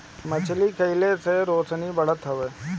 मछरी खाए से आँख के रौशनी बढ़त हवे